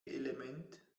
element